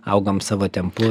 augam savo tempu